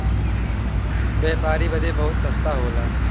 व्यापारी बदे बहुते रस्ता होला